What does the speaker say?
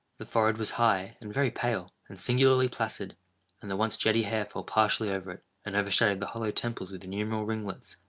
the forehead was high, and very pale, and singularly placid and the once jetty hair fell partially over it, and overshadowed the hollow temples with innumerable ringlets,